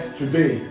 today